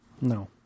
No